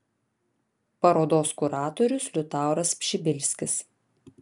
parodos kuratorius liutauras pšibilskis